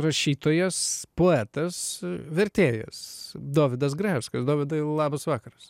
rašytojas poetas vertėjas dovydas grajauskas dovydai labas vakaras